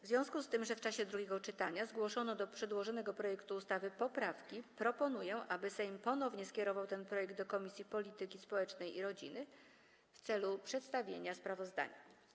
W związku z tym, że w czasie drugiego czytania zgłoszono do przedłożonego projektu ustawy poprawki, proponuję, aby Sejm ponownie skierował ten projekt do Komisji Polityki Społecznej i Rodziny w celu przedstawienia sprawozdania.